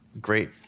great